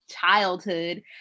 childhood